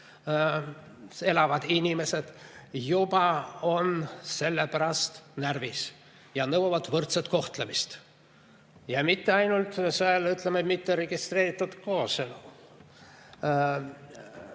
elavad inimesed juba on selle pärast närvis ja nõuavad võrdset kohtlemist. Ja mitte ainult, ütleme, [kui on] mitteregistreeritud kooselu.